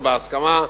או בהסכמה,